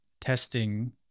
testing